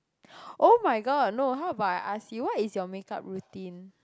oh-my-god no how about I ask you what is your makeup routine